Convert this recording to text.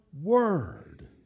word